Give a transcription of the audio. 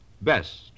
Best